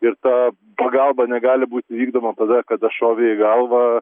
ir ta pagalba negali būti vykdoma tada kada šovė į galvą